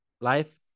life